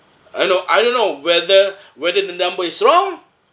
I know I don't know whether whether the number is wrong